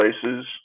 places